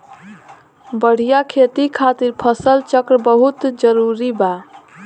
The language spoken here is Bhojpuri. बढ़िया खेती खातिर फसल चक्र बहुत जरुरी बा